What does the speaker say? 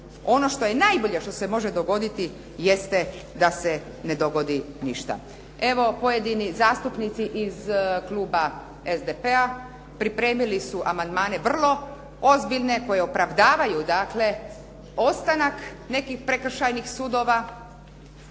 ono što je najbolje što se može dogoditi jeste da se ne dogodi ništa. Evo pojedini zastupnici iz kluba SDP-a pripremili su amandmane vrlo ozbiljne koji opravdavaju dakle ostanak nekih prekršajnih sudova,